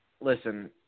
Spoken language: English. Listen